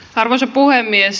arvoisa puhemies